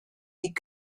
die